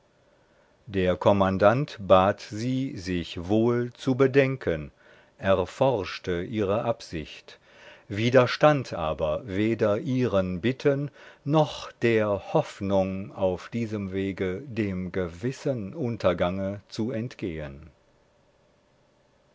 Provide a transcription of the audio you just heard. der kommandant bat sie sich wohl zu bedenken erforschte ihre absicht widerstand aber weder ihren bitten noch der hoffnung auf diesem wege dem gewissen untergange zu entgehen